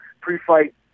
pre-fight